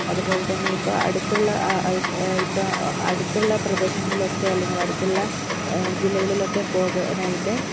അതുപോലെ തന്നെ ഇപ്പോൾ അടുത്തുള്ള ഇപ്പം അടുത്തുള്ള പ്രദേശങ്ങളിൽ ഒക്കെ അല്ലെങ്കിൽ അടുത്തുള്ള ജില്ലകളിൽ ഒക്കെ പോകാനായിട്ട്